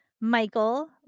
Michael